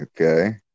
Okay